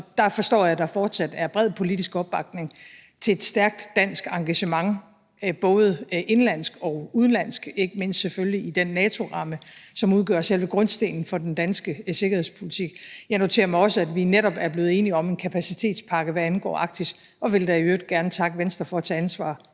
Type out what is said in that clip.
Der forstår jeg, at der fortsat er bred politisk opbakning til et stærkt dansk engagement, både indenlandsk og udenlandsk, ikke mindst selvfølgelig i den NATO-ramme, som udgør selve grundstenen for den danske sikkerhedspolitik. Jeg noterer mig også, at vi netop er blevet enige om en kapacitetspakke, hvad angår Arktis, og vil da i øvrigt gerne takke Venstre for at tage ansvar